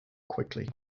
quickly